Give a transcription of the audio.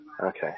Okay